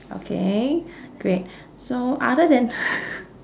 okay great so other than